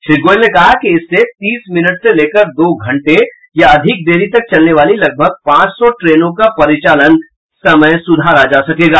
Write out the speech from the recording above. श्री गोयल ने कहा कि इससे तीस मिनट से लेकर दो घंटे या अधिक देरी तक चलने वाली लगभग पांच सौ ट्रेनों का परिचालन समय सुधारा जा सकेगा